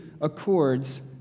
accords